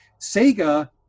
Sega